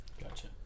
Gotcha